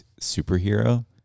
superhero